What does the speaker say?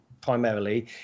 primarily